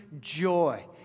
joy